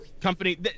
company